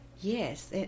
Yes